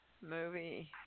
movie